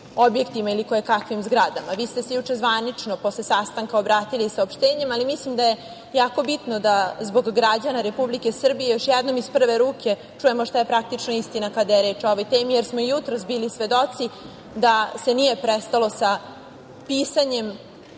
objektima, ili kojekakvim zgradama. Vi ste se juče zvanično posle sastanka obratili saopštenjem, ali mislim da je jako bitno da zbog građana Republike Srbije još jednom iz prve ruke čujemo šta je praktično istina, kada je reč o ovoj temi, jer smo i jutros bili svedoci da se nije prestalo sa pisanjem